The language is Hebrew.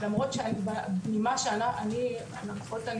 למרות ממה שאני משערת,